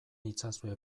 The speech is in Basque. itzazue